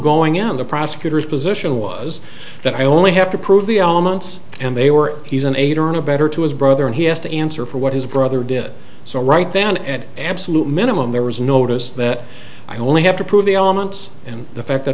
going in the prosecutor's position was that i only have to prove the elements and they were he's an aider and abettor to his brother and he has to answer for what his brother did so right then at absolute minimum there was notice that i only have to prove the elements and the fact that